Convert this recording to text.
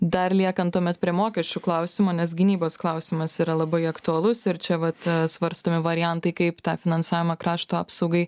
dar liekant tuomet prie mokesčių klausimo nes gynybos klausimas yra labai aktualus ir čia vat svarstomi variantai kaip tą finansavimą krašto apsaugai